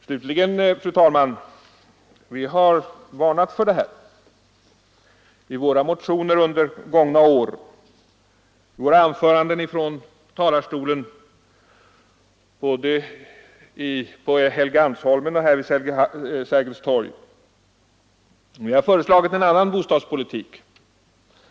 Slutligen, fru talman, vill jag framhålla att vi har varnat för utvecklingen på detta område i motioner och i anföranden från talarstolen, både på Helgeandsholmen och här vid Sergels torg. Vi har förordat en annan bostadspolitik.